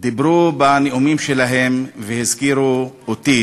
דיברו בנאומים שלהם והזכירו אותי